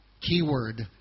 keyword